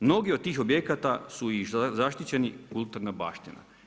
Mnogi od tih objekata su i zaštićeni kulturna baština.